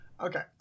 Okay